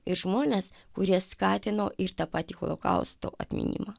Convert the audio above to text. ir žmonės kurie skatino ir tą patį holokausto atminimą